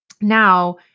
now